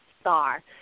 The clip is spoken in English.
star